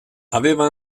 aveva